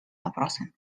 вопросы